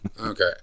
Okay